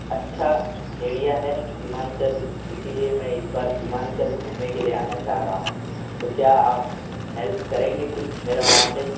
اچھا ایریا ہے سیمانچل اسی لیے میں اس بار سیمانچل گھومنے کے لیے آنا چاہ رہا ہوں تو کیا آپ ہیلپ گے کچھ میرا وہاں پہ